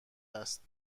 است